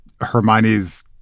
Hermione's